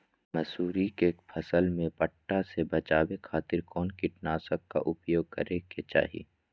मसूरी के फसल में पट्टा से बचावे खातिर कौन कीटनाशक के उपयोग करे के चाही?